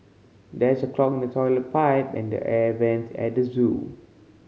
there's a clog toilet pipe and the air vent at the zoo